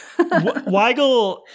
Weigel